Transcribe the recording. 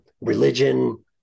religion